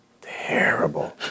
terrible